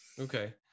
Okay